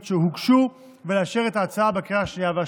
שהוגשו ולאשר את ההצעה בקריאה השנייה והשלישית.